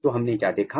तो हमने क्या देखा